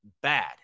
bad